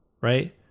right